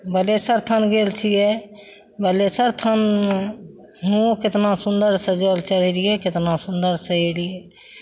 बलेशर थान गेल छियै बलेशर स्थान हुआँ कितना सुन्दरसँ जल चढ़ेलियै कितना सुन्दरसँ अयलियै